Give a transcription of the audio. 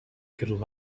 could